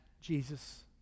Jesus